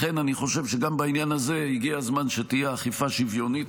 לכן אני חושב שגם בעניין הזה הגיע הזמן שתהיה אכיפה שוויונית.